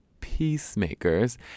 peacemakers